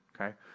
okay